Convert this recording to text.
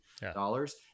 dollars